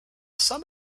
some